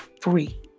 free